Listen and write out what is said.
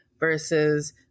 versus